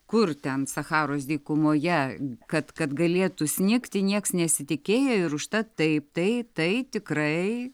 kur ten sacharos dykumoje kad kad galėtų snigti nieks nesitikėjo ir užtat taip tai tai tikrai